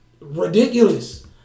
ridiculous